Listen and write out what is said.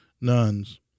nuns